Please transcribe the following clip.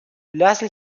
lassen